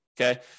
Okay